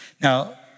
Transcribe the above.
Now